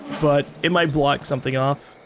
but it might block something off.